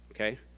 okay